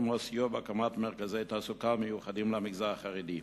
כמו סיוע בהקמת מרכזי תעסוקה מיוחדים למגזר החרדי.